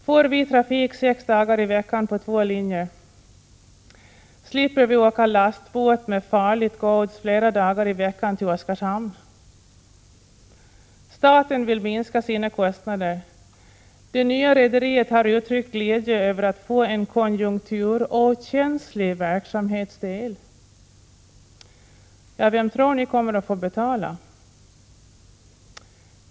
Får vi trafik sex dagar i veckan på två linjer? Slipper vi åka lastbåt med farligt gods flera dagar i veckan till Oskarshamn? Staten vill minska sina kostnader, och det nya rederiet har uttryckt glädje över att få en konjunkturokänslig verksamhetsdel. Vem tror ni kommer att få betala?